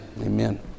amen